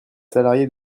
salariés